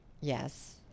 Yes